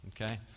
okay